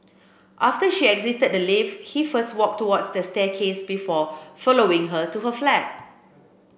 after she exited the lift he first walked towards the staircase before following her to her flat